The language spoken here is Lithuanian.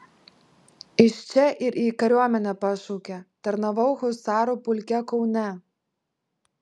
iš čia ir į kariuomenę pašaukė tarnavau husarų pulke kaune